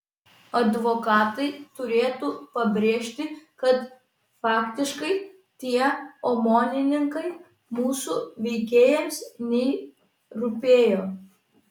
advokatai turėtų pabrėžti kad faktiškai tie omonininkai mūsų veikėjams nei rūpėjo